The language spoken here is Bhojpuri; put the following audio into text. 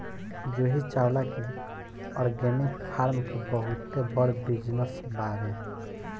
जूही चावला के ऑर्गेनिक फार्म के बहुते बड़ बिजनस बावे